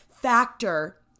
Factor